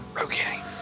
Okay